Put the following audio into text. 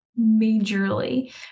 majorly